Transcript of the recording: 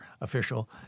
official